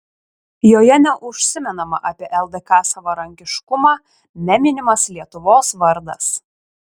joje neužsimenama apie ldk savarankiškumą neminimas lietuvos vardas